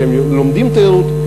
שהם לומדים תיירות,